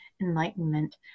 enlightenment